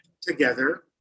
together